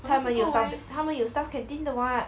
他们有 staff 他们有 staff canteen 的 what